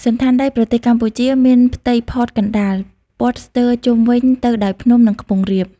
សណ្ឋានដីប្រទេសកម្ពុជាមានផ្ទៃផតកណ្ដាល ព័ទ្ធស្ទើរជុំវិញទៅដោយភ្នំ និងខ្ពង់រាប។